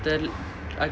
then I